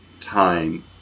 time